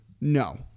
No